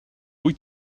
wyt